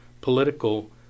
political